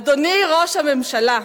אדוני ראש הממשלה,